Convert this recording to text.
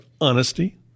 honesty